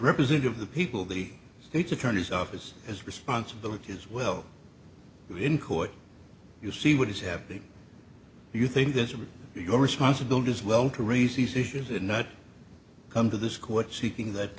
representative of the people that it's attorney's office has responsibility as well in court you see what is happening you think that's your responsibility as well to raise these issues and not come to this court seeking that